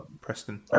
Preston